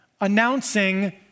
announcing